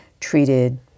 treated